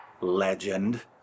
Legend